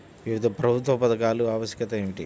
వివిధ ప్రభుత్వా పథకాల ఆవశ్యకత ఏమిటి?